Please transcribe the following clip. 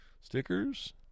stickers